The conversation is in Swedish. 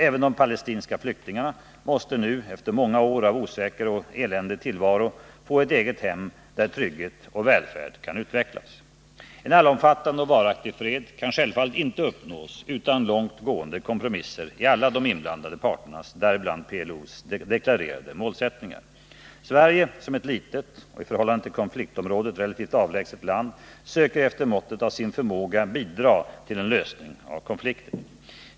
Även de palestinska flyktingarna måste nu efter många år av osäker och eländig tillvaro få ett eget hem, där trygghet och välfärd kan utvecklas. En allomfattande och varaktig fred kan självfallet inte uppnås utan långt gående kompromisser i alla de inblandade parternas, däribland PLO:s, deklarerade målsättningar. Sverige, som ett litet och i förhållande till konfliktområdet relativt avlägset land, söker efter måttet av sin förmåga bidra till en lösning av konflikten.